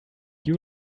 you